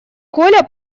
коля